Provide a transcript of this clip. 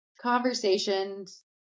conversations